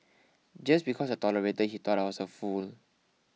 just because I tolerated he thought I was a fool